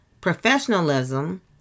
professionalism